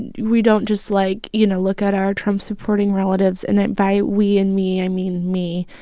and we don't just, like, you know, look at our trump-supporting relatives and by we and me, i mean me,